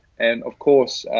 and of course,